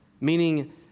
Meaning